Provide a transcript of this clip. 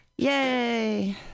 Yay